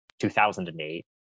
2008